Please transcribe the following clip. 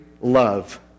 love